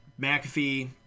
McAfee